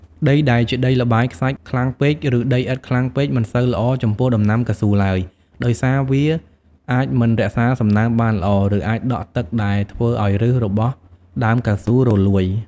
ដីដែលជាដីល្បាយខ្សាច់ខ្លាំងពេក ឬដីឥដ្ឋខ្លាំងពេក មិនសូវល្អចំពោះដំណាំកៅស៊ូឡើយ ដោយសារវាអាចមិនរក្សាសំណើមបានល្អ ឬអាចដក់ទឹកដែលធ្វើឱ្យឫសរបស់ដើមកៅស៊ូរលួយ។